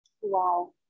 Wow